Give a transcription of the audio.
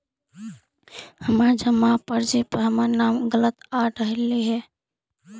हमर जमा पर्ची पर हमर नाम गलत आ रहलइ हे